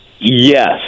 Yes